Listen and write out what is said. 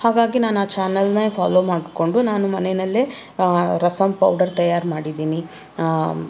ಹಾಗಾಗಿ ನಾನು ಆ ಚಾನಲನ್ನ ಫಾಲೋ ಮಾಡಿಕೊಂಡು ನಾನು ಮನೇಯಲ್ಲೇ ರಸಮ್ ಪೌಡರ್ ತಯಾರು ಮಾಡಿದ್ದೀನಿ